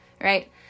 right